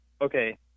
okay